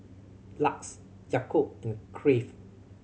LUX Yakult and Crave